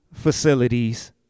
facilities